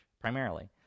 primarily